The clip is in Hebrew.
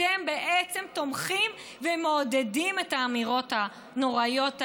אתם בעצם תומכים ומעודדים את האמירות הנוראיות האלה,